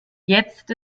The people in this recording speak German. jetzt